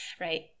right